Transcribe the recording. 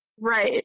Right